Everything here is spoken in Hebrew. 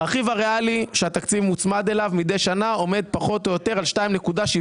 הרכיב הריאלי כשהתקציב מוצמד אליו מדי שנה עומד פחות או יותר על 2.7%,